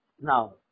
Now